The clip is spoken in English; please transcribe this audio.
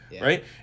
right